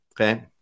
Okay